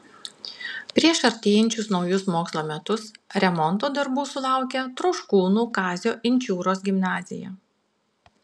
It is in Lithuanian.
prieš artėjančius naujus mokslo metus remonto darbų sulaukė troškūnų kazio inčiūros gimnazija